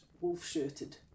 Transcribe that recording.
wolf-shirted